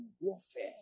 warfare